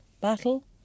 battle